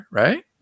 right